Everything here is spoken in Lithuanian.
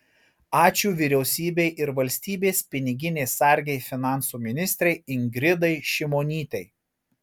ačiū vyriausybei ir valstybės piniginės sargei finansų ministrei ingridai šimonytei